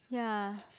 ya